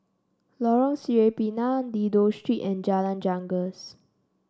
Lorong Sireh Pinang Dido Street and Jalan Janggus